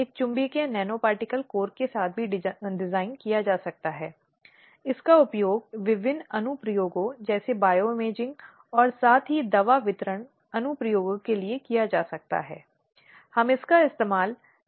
उन body language का उपयोग करें जो पार्टियों पर पूरा ध्यान केंद्रित करती हैं यह पीड़ित के लिए विशेष रूप से बहुत महत्वपूर्ण है जब पीड़िता यौन उत्पीड़न के मुद्दे का सामना करती है